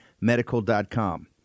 medical.com